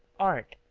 art,